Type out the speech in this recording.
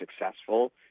successful